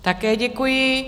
Také děkuji.